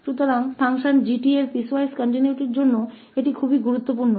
तो यह फलन 𝑔𝑡 की पीसवाइज कंटीन्यूअसता के लिए बहुत महत्वपूर्ण है